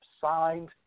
signed